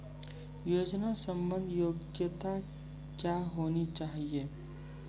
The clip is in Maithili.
योजना संबंधित योग्यता क्या होनी चाहिए?